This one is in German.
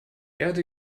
erde